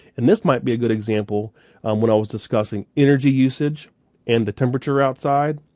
and this might be a good example um when i was discussing energy usage and the temperature outside.